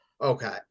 Okay